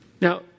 Now